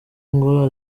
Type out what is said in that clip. ngo